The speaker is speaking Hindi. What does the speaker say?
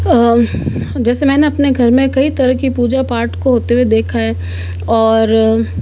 जैसे मैंने अपने घर में कई तरह की पूजा पाठ को होते हुए देखा है और